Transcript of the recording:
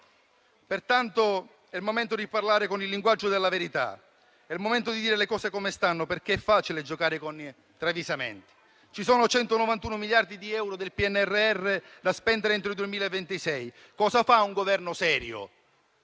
Pertanto, è il momento di parlare con il linguaggio della verità. È il momento di dire le cose come stanno, perché è facile giocare con i travisamenti. Ci sono 191 miliardi di euro del PNRR da spendere entro il 2026. Cosa fa un Governo serio?